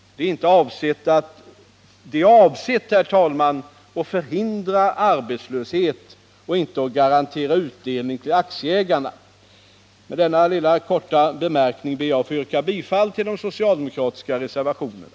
Det är avsett, herr talman, att förhindra arbetslöshet och inte att garantera utdelning till aktieägarna. Med denna lilla korta bemärkning ber jag att få yrka bifall till de socialdemokratiska reservationerna.